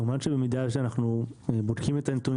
כמובן שבמידה שאנחנו בודקים את הנתונים